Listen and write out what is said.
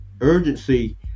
urgency